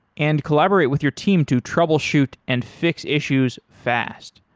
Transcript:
and collaborate with your team to troubleshoot and fix issues fast.